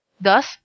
Thus